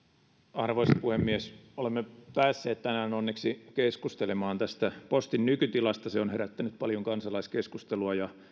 arvoisa puhemies olemme päässeet tänään onneksi keskustelemaan tästä postin nykytilasta se on herättänyt paljon kansalaiskeskustelua